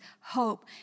hope